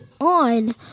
on